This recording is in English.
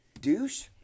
douche